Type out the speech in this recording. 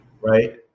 Right